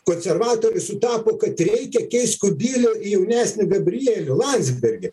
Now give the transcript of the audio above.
konservatoriui sutapo kad reikia keist kubilių į jaunesnį gabrielių landsbergį